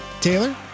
Taylor